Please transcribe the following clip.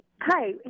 Hi